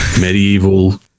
medieval